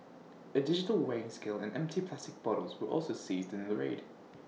A digital weighing scale and empty plastic bottles were also seized in the raid